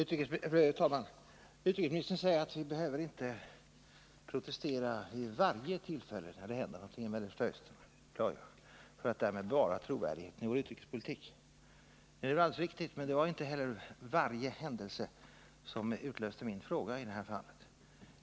Fru talman! Utrikesministern säger att vi inte behöver protestera vid varje tillfälle när det händer någonting i Mellersta Östern, för att därmed bevara trovärdigheten i vår utrikespolitik. Det är alldeles riktigt, men det var inte heller varje händelse som utlöste min fråga i det här fallet.